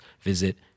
visit